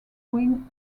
wing